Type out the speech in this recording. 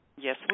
Yes